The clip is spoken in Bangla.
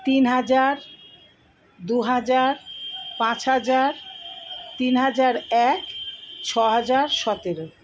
তিন হাজার দুহাজার পাঁচ হাজার তিন হাজার এক ছহাজার সতেরো